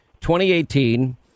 2018